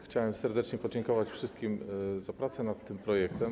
Chciałem serdecznie podziękować wszystkim za pracę nad tym projektem.